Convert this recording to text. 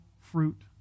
fruit